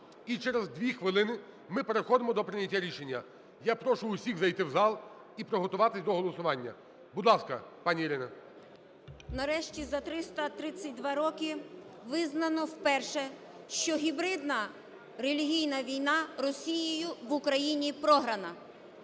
І через дві хвилини ми переходимо до прийняття рішення. Я прошу усіх зайти в зал і приготуватись до голосування. Будь ласка, пані Ірина. 11:08:49 ЛУЦЕНКО І.С. Нарешті за 332 роки визнано вперше, що гібридна релігійна війна Росією в Україні програна.